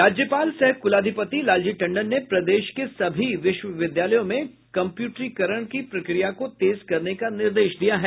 राज्यपाल सह कुलाधिपति लालजी टंडन ने प्रदेश के सभी विश्वविद्यालयों में कम्प्यूटरीकरण की प्रक्रिया को तेज करने का निर्देश दिया है